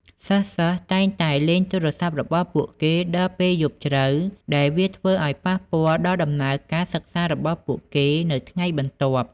សិស្សៗតែងតែលេងទូរស័ព្ទរបស់ពួកគេដល់ពេលយប់ជ្រៅ ដែលវាធ្វើឱ្យប៉ះពាល់ដល់ដំណើរការសិក្សារបស់ពួកគេនៅថ្ងៃបន្ទាប់។